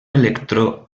electró